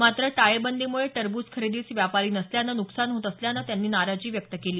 मात्र टाळेबंदीमुळे टरबूज खरेदीस व्यापारी नसल्यानं नुकसान होत असल्यानं त्यांनी नाराजी व्यक्त केली